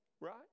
Right